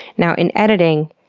now, in editing,